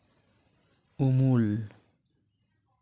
ᱩᱢᱩᱞ